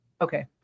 Okay